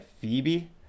Phoebe